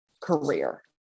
career